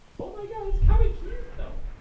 oh my god. it's kind of cute tho